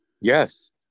Yes